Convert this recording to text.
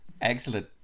Excellent